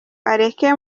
areke